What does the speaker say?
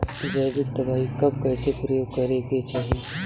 जैविक दवाई कब कैसे प्रयोग करे के चाही?